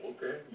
Okay